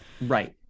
Right